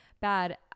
bad